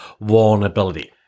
vulnerability